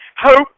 Hope